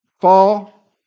fall